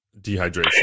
dehydration